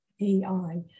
AI